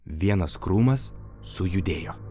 vienas krūmas sujudėjo